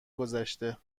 گذشته